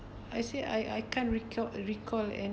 I see I I can't recall recall any